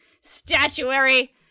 statuary